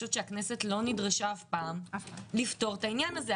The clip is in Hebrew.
שהכנסת לא נדרשה אף פעם לפתור את העניין הזה.